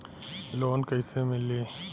Loan कइसे मिलि?